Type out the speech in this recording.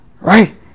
Right